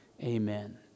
Amen